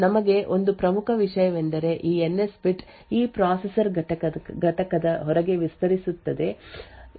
ನಮಗೆ ಒಂದು ಪ್ರಮುಖ ವಿಷಯವೆಂದರೆ ಈ ಎನ್ಎಸ್ ಬಿಟ್ ಈ ಪ್ರೊಸೆಸರ್ ಘಟಕದ ಹೊರಗೆ ವಿಸ್ತರಿಸುತ್ತದೆ